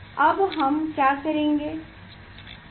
अब हम क्या करेंगे